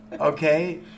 Okay